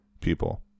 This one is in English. people